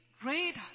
great